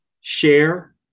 Share